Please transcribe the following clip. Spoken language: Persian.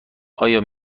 آیا